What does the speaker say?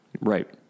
Right